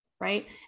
right